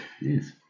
Yes